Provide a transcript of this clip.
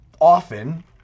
often